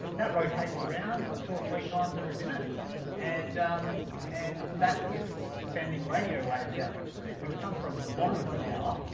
that rotates around two or three times every minute and and that is sending radio waves out, which which come from the bottom of the tower,